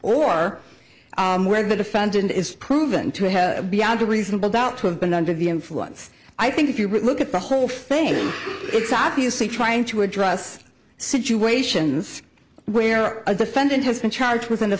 or where the defendant is proven to have beyond a reasonable doubt to have been under the influence i think if you look at the whole thing it's obviously trying to address situations where a defendant has been charged with